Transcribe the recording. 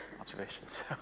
observations